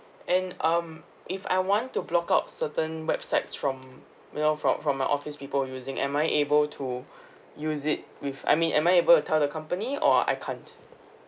and um if I want to block out certain websites from you know from from my office people using am I able to use it with I mean am I able to tell the company or I can't